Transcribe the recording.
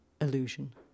Illusion